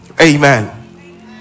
Amen